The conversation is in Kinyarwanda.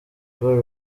call